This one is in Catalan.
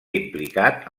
implicat